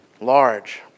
large